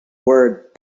word